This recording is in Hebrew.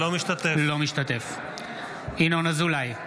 אינו משתתף בהצבעה ינון אזולאי,